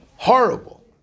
Horrible